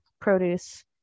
produce